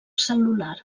cel·lular